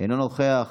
אינו נוכח,